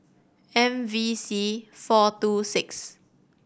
M V C four two six